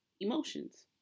emotions